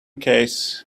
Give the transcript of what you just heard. case